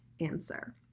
answer